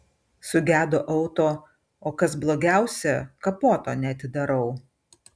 sugedo auto o kas blogiausia kapoto neatidarau